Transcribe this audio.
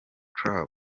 club